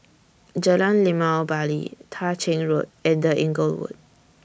Jalan Limau Bali Tah Ching Road and The Inglewood